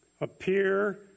appear